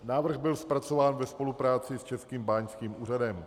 Návrh byl zpracován ve spolupráci s Českým báňským úřadem.